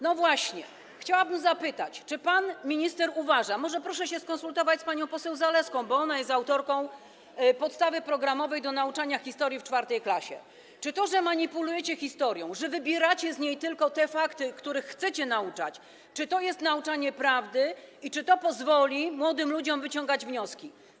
No właśnie, chciałabym zapytać: Czy pan minister uważa - może proszę się skonsultować z panią poseł Zalewską, bo ona jest autorką podstawy programowej nauczania historii w IV klasie - że to, że manipulujecie historią, że wybieracie z niej tylko te fakty, których chcecie nauczać, to jest nauczanie prawdy i czy pozwoli to młodym ludziom wyciągać wnioski?